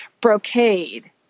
Brocade